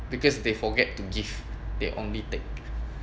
because they forget to give they only take